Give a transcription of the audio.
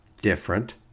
different